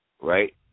right